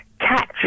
catch